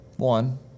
One